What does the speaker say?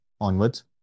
onwards